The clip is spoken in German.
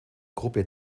gruppe